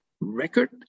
record